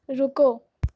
رکو